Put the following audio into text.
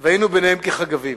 והיינו בעיניהם כחגבים,